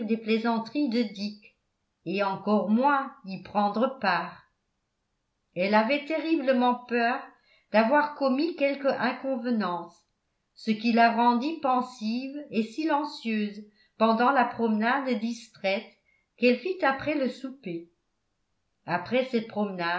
plaisanteries de dick et encore moins y prendre part elle avait terriblement peur d'avoir commis quelque inconvenance ce qui la rendit pensive et silencieuse pendant la promenade distraite qu'elle fit après le souper après cette promenade